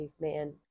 man